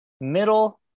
middle